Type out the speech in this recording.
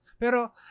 Pero